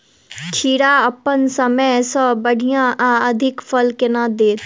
खीरा अप्पन समय सँ बढ़िया आ अधिक फल केना देत?